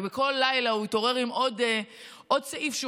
ובכל לילה הוא התעורר עם עוד סעיף שהוא